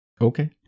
Okay